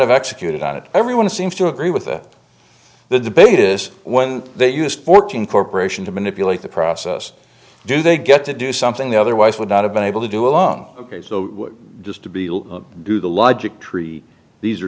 have executed on it everyone seems to agree with it the debate is when they use fourteen corporation to manipulate the process do they get to do something they otherwise would not have been able to do alone ok so just to be do the logic tree these are